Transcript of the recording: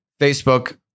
Facebook